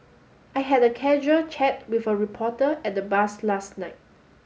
I had a casual chat with a reporter at the bus last night